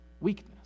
weakness